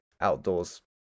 outdoors